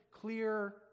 clear